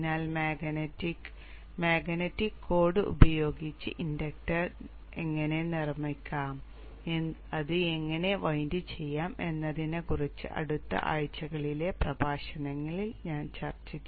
അതിനാൽ magnetic magnetic core ഉപയോഗിച്ച് inductance എങ്ങനെ നിർമ്മിക്കാം അത് എങ്ങനെ വൈൻഡ് ചെയ്യാം എന്നതിനെ കുറിച്ച് അടുത്ത ആഴ്ചകളിലെ പ്രഭാഷണങ്ങളിൽ ഞാൻ ചർച്ച ചെയ്യും